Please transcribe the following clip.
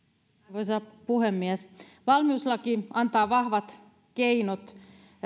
arvoisa puhemies valmiuslaki antaa vahvat keinot